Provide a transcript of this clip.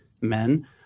men